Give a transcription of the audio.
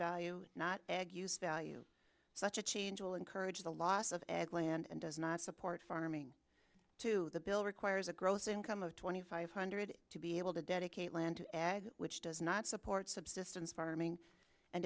value not value such a change will encourage the loss of ag land and does not support farming to the bill requires a gross income of twenty five hundred to be able to dedicate land which does not support subsistence farming and